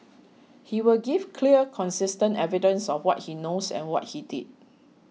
he will give clear consistent evidence of what he knows and what he did